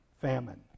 famine